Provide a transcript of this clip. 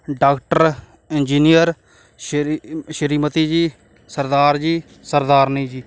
doctor engineer Shri Shrimati ji Sardar ji Sardarni ਜੀ